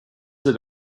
that